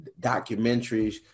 documentaries